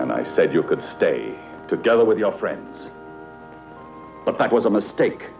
and i said you could stay together with your friends but that was a mistake